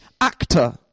actor